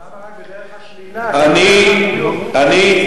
אבל למה רק בדרך השלילה, לא בדרך החיוב?